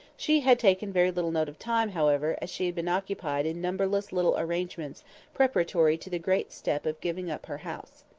she had taken very little note of time, however, as she had been occupied in numberless little arrangements preparatory to the great step of giving up her house.